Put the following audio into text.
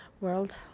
world